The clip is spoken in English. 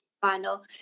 final